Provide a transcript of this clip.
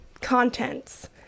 contents